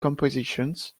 compositions